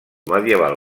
medieval